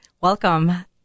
Welcome